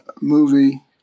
movie